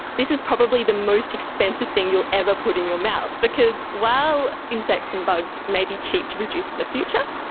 this is probably the most expensive thing you'll ever put in your mouth because while insects and bugs may be cheap to produce in the future,